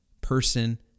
person